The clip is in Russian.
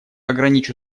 ограничу